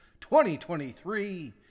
2023